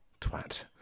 Twat